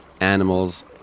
animals